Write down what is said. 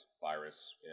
virus